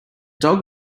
dog